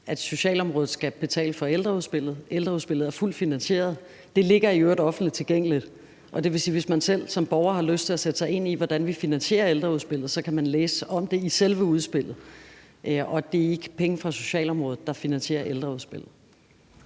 at socialområdet skal betale for ældreudspillet. Ældreudspillet er fuldt finansieret. Det ligger i øvrigt offentligt tilgængeligt, og det vil sige, at hvis man selv som borger har lyst til at sætte sig ind i, hvordan vi finansierer ældreudspillet, så kan man læse om det i selve udspillet. Det er ikke penge fra socialområdet, der finansierer ældreudspillet.